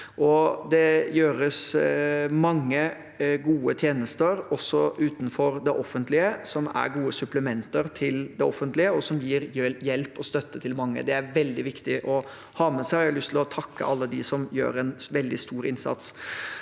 Det utføres mange gode tjenester, også utenfor det offentlige, som er gode supplementer til det offentlige, og som gir hjelp og støtte til mange. Det er veldig viktig å ha med seg, og jeg har lyst til å takke alle dem som gjør en veldig stor innsats.